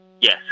Yes